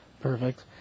Perfect